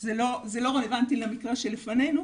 זה לא רלוונטי למקרה שלפנינו,